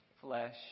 flesh